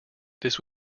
this